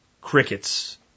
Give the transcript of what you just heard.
crickets